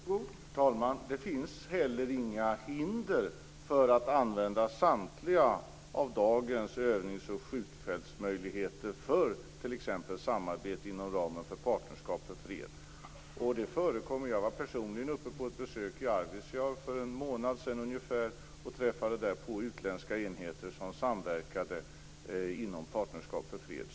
Herr talman! Det finns heller inga hinder för att använda samtliga av dagens övnings och skjutfältsmöjligheter för t.ex. samarbete inom ramen för Partnerskap för fred, och det förekommer. Jag var personligen uppe på ett besök i Arvidsjaur för en månad sedan ungefär, och träffade där på utländska enheter som samverkade inom Partnerskap för fred.